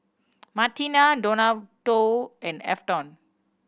Martina Donato and Afton